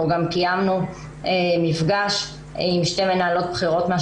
גם קיימנו מפגש עם שתי מנהלות בכירות מן